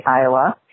Iowa